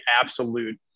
absolute